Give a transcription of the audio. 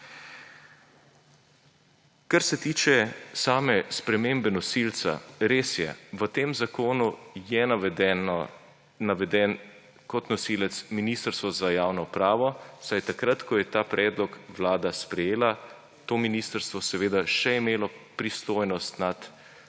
Kar se tiče same spremembe nosilca, res je, v tem zakonu je kot nosilec navedeno Ministrstvo za javno upravo, saj je takrat, ko je ta predlog Vlada sprejela, to ministrstvo seveda še imelo pristojnost nad